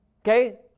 okay